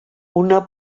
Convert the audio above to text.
una